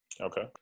okay